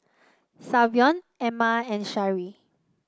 Savion Emma and Sharee